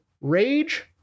Rage